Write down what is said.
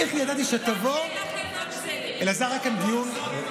איך ידעתי שתבוא, אלעזר, היה כאן דיון.